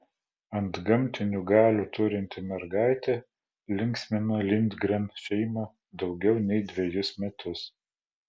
antgamtinių galių turinti mergaitė linksmino lindgren šeimą daugiau nei dvejus metus